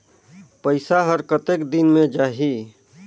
पइसा हर कतेक दिन मे जाही?